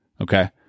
Okay